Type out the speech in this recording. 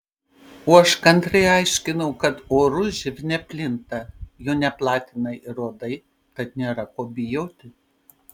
o aš kantriai aiškinau kad oru živ neplinta jo neplatina ir uodai tad nėra ko bijoti